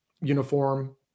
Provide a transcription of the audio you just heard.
uniform